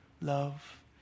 love